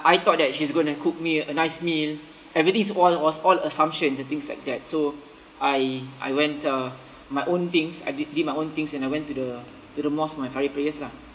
I thought that she's gonno cook me a nice meal everything is all was all assumptions and things like that so I I went uh my own things I di~ did my own things and I went to the to the mosque for my friday prayers lah